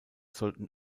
sollten